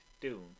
Doom